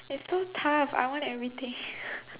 it's so tough I want everything